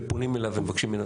פונים אליו ומבקשים ממנו.